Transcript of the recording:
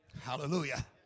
Hallelujah